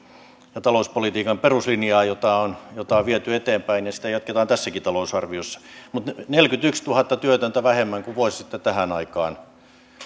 ja talouspolitiikan peruslinjaa jota on viety eteenpäin ja sitä jatketaan tässäkin talousarviossa mutta neljäkymmentätuhatta työtöntä vähemmän kuin vuosi sitten tähän aikaan